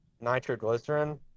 nitroglycerin